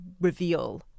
reveal